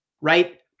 right